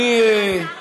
השר לוין,